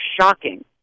shocking